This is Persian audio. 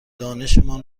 دانشمان